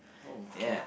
oh okay